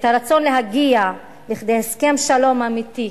את הרצון להגיע להסכם שלום אמיתי,